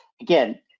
again